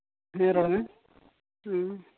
ᱦᱮᱸ ᱨᱚᱲ ᱢᱮ ᱦᱮᱸ